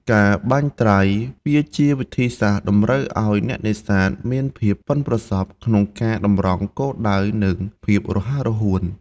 ការបាញ់ត្រី វាជាវិធីសាស្ត្រតម្រូវឲ្យអ្នកនេសាទមានភាពប៉ិនប្រសប់ក្នុងការតម្រង់គោលដៅ និងភាពរហ័សរហួន។